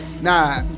Nah